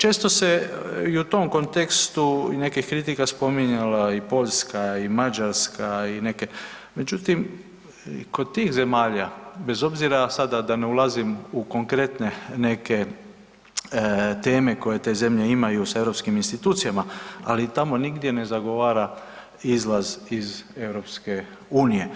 Često se i u tom kontekstu i nekih kritika spominjala i Poljska i Mađarska i neke, međutim i kod tih zemalja, bez obzira da sada da ne ulazim u konkretne neke teme koje te zemlje imaju sa europskim institucijama, ali tamo nigdje ne zagovara izlaz EU.